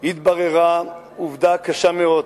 התבררה עובדה קשה מאוד.